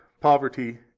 poverty